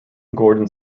gordon